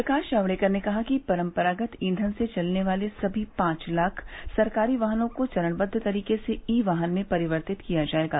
प्रकाश जावड़ेकर ने कहा है कि परंपरागत ईंधन से चलने वाले सभी पांच लाख सरकारी वाहनों को चरणबद्व तरीके से ई वाहन में परिवर्तित किया जाएगा